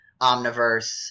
Omniverse